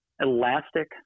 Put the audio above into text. elastic